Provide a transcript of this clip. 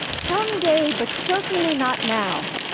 someday, but certainly not now,